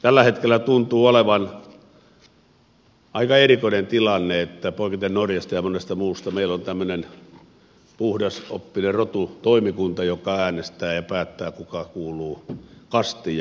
tällä hetkellä tuntuu olevan aika erikoinen tilanne että poiketen norjasta ja monesta muusta meillä on tämmöinen puhdasoppinen rotutoimikunta joka äänestää ja päättää kuka kuuluu kastiin ja kuka ei